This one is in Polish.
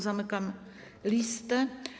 Zamykam listę.